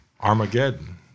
Armageddon